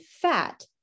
fat